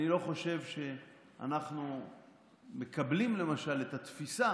אני לא חושב שאנחנו מקבלים למשל את התפיסה